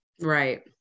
right